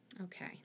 Okay